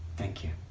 thank you.